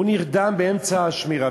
נרדם באמצע השמירה?